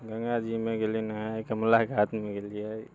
गङ्गाजीमे गेलियै नहाय कमला कातमे गेलियै